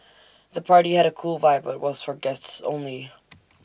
the party had A cool vibe but was for guests only